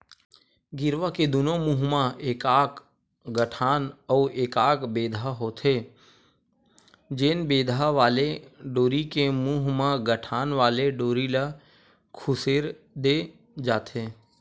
गेरवा के दूनों मुहूँ म एकाक गठान अउ एकाक बेंधा होथे, जेन बेंधा वाले डोरी के मुहूँ म गठान वाले डोरी ल खुसेर दे जाथे